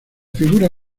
figura